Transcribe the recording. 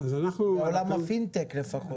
בעולם הפינטק לפחות.